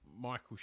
Michael